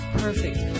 perfect